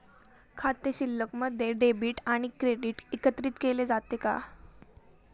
खाते शिल्लकमध्ये डेबिट आणि क्रेडिट एकत्रित केले जातात का?